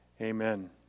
amen